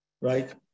right